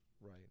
Right